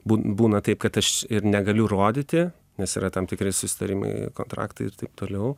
būn būna taip kad aš ir negaliu rodyti nes yra tam tikri susitarimai kontraktai ir taip toliau